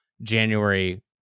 january